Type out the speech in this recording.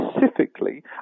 specifically